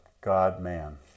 God-man